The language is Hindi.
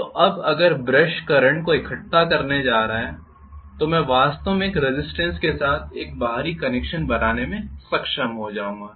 तो अब अगर ब्रश करंट को इकट्ठा करने जा रहा है तो मैं वास्तव में एक रेज़िस्टेन्स के साथ एक बाहरी कनेक्शन बनाने में सक्षम हो जाऊंगा